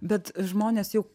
bet žmonės jau